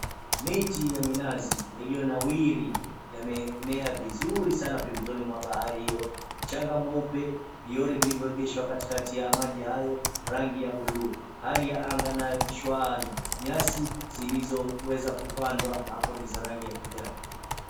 Miti ya minazi ilionawiri yamemea vizuri sana pembezoni mwa bahari hio. Mchanga mweupe, viori vilivyoegeshwa katikati ya maji hayo rangi ya buluu. Hali ya anga nayo ni shwari. Nyasi zilizoweza kupandwa hapo ni za rangi ya kijani.